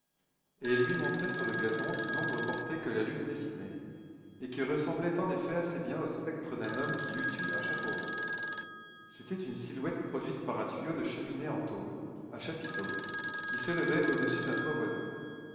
et il lui montrait sur le gazon une ombre portée que la lune dessinait et qui ressemblait en effet assez bien au spectre d'un homme qui eût eu un chapeau rond c'était une silhouette produite par un tuyau de cheminée en tôle à chapiteau qui s'élevait au-dessus d'un toit voisin